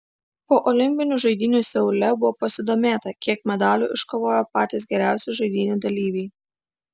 po olimpinių žaidynių seule buvo pasidomėta kiek medalių iškovojo patys geriausi žaidynių dalyviai